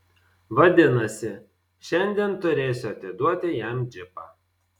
vadinasi šiandien turėsiu atiduoti jam džipą